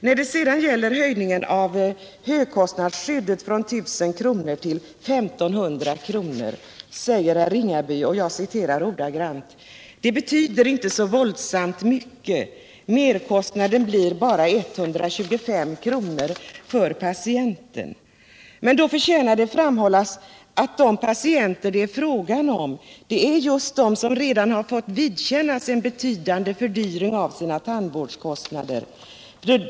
När det sedan gäller höjningen av högkostnadsskyddet från 1 000 kr. till 1500 kr. säger herr Ringaby: ”Det betyder inte så våldsamt mycket. Merkostnaden blir bara 125 kr. för patienten.” Men då förtjänar det att framhållas att de patienter det är fråga om är just de som redan har fått vidkännas en betydande fördyring av sina tandvårdskostnader.